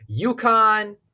UConn